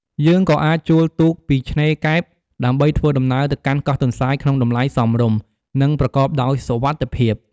យើងក៏អាចជួលទូកពីឆ្នេរកែបដើម្បីធ្វើដំណើរទៅកាន់កោះទន្សាយក្នុងតម្លៃសមរម្យ និងប្រកបដោយសុវត្ថិភាព។